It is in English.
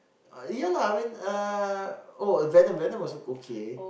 uh ya lah I mean uh oh Venom Venom was also okay